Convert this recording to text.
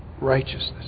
righteousness